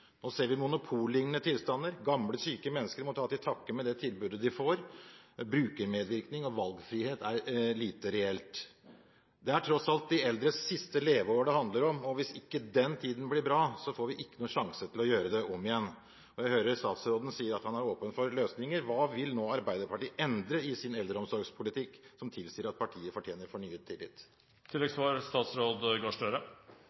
Nå ser vi monopollignende tilstander. Gamle, syke mennesker må ta til takke med det tilbudet de får – brukermedvirkning og valgfrihet er lite reelt. Det er tross alt de eldres siste leveår det handler om. Hvis den tiden ikke blir bra, får vi ikke noen sjanse til å gjøre det om igjen. Jeg hører statsråden si at han er åpen for løsninger. Hva vil Arbeiderpartiet endre i sin eldreomsorgspolitikk, som tilsier at partiet fortjener fornyet